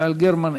יעל גרמן,